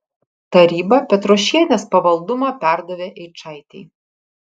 taryba petrošienės pavaldumą perdavė eičaitei